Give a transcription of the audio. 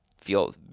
feel